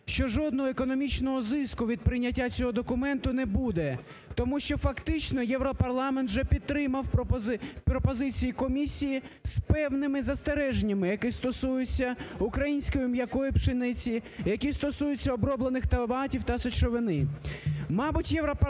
що жодного економічного зиску від прийняття цього документу не буде. Тому що фактично Європарламент вже підтримав пропозиції комісії з певними застереженнями, які стосуються української м'якої пшениці, які стосуються оброблених томатів та сечовини.